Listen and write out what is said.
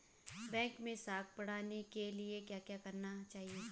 Bank मैं साख बढ़ाने के लिए क्या क्या करना चाहिए?